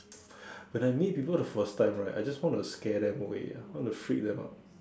when I meet people the first time right I just want to scare them away I want to freak them out